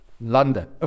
London